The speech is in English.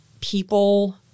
people